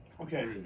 okay